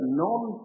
non-